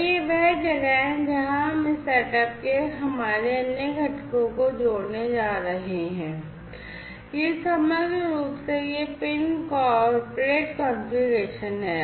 और यह वह जगह है जहां हम इस सेटअप के हमारे अन्य घटकों को जोड़ने जा रहे हैं यह समग्र रूप से यह पिन कॉर्पोरेट कॉन्फ़िगरेशन है